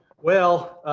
well,